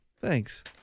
Thanks